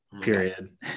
period